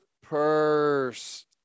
purse